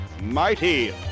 mighty